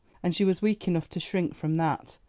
and she was weak enough to shrink from that,